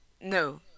No